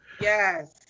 Yes